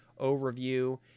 overview